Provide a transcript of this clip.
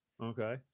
Okay